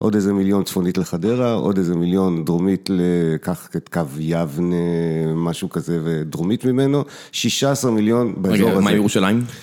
עוד איזה מיליון צפונית לחדרה, עוד איזה מיליון דרומית לקחת קו יבנה, משהו כזה, ודרומית ממנו. שישה עשר מיליון באזור הזה. רגע, מה ירושלים?